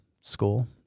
school